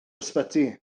ysbyty